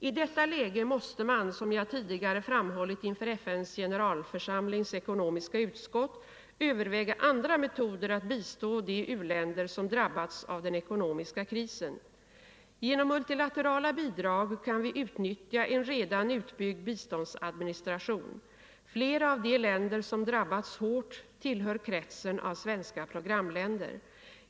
I detta läge måste man, som jag tidigare framhållit inför FN:s generalförsamlings ekonomiska utskott, överväga andra metoder att bistå de u-länder som drabbats av den ekonomiska krisen. Genom multilaterala bidrag kan vi utnyttja en redan utbyggd biståndsadministration. Flera av de länder som drabbats hårt tillhör kretsen av svenska programländer.